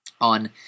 on